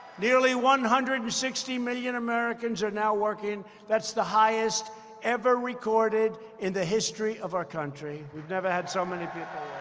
nearly one hundred and sixty million americans are now working. that's the highest ever recorded in the history of our country. we've never had so many people